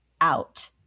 out